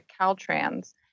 Caltrans